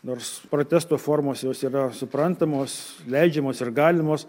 nors protesto formos jos yra suprantamos leidžiamos ir galimos